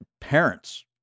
parents